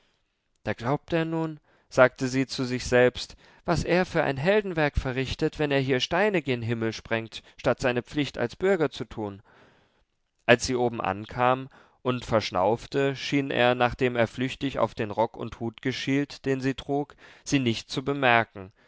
da glaubt er nun sagte sie zu sich selbst was er für heldenwerk verrichtet wenn er hier steine gen himmel sprengt statt seine pflicht als bürger zu tun als sie oben ankam und verschnaufte schien er nachdem er flüchtig auf den rock und hut geschielt den sie trug sie nicht zu bemerken